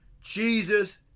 Jesus